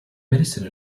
medicine